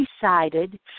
decided